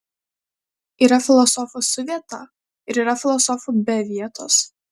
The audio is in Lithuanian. yra filosofų su vieta ir yra filosofų be vietos